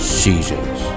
seasons